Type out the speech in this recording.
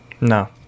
No